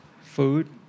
food